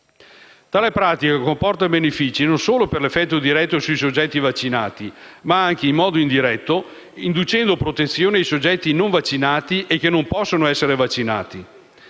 Tale pratica comporta benefici non solo per l'effetto diretto sui soggetti vaccinati, ma anche in modo indiretto, inducendo protezione ai soggetti non vaccinati e che non possono essere vaccinati.